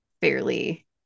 fairly